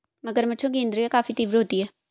मगरमच्छों की इंद्रियाँ काफी तीव्र होती हैं